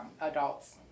adults